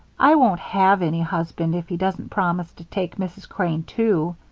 i won't have any husband if he doesn't promise to take mrs. crane, too.